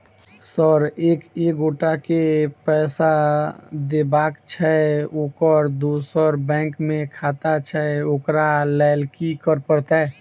Sir एक एगोटा केँ पैसा देबाक छैय ओकर दोसर बैंक मे खाता छैय ओकरा लैल की करपरतैय?